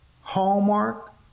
hallmark